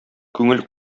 күңел